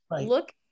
look